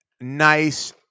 nice